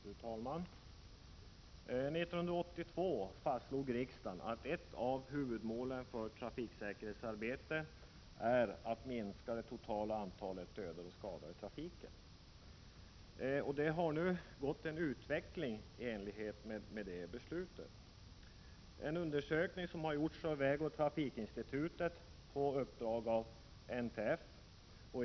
Fru talman! År 1982 fastslog riksdagen att ett av huvudmålen för trafiksäkerhetsarbetet är att minska det totala antalet dödade och skadade i trafiken. Utvecklingen har gått i enlighet med det beslutet. En undersökning har gjorts av vägoch trafikinstitutet på uppdrag av NTF.